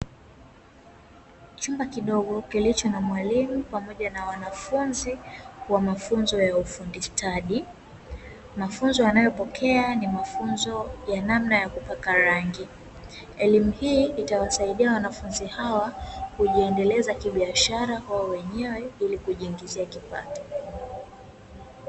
Chumba kidogo kilicho na mwalimu pamoja na wanafunzi wa mafunzo ya ufundi stadi, mafunzo wanayopokea ni mafunzo ya namna ya kupaka rangi. Elimu hii itawasaidia wanafunzi hawa kujiendeleza kibiashara wao wenyewe ili kujiingizia kipato.